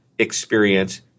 experience